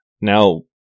Now